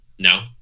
no